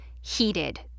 heated